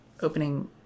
opening